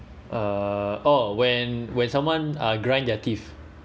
uh oh when when someone ah grind their teeth